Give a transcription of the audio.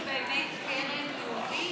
שתקום באמת קרן ייעודית,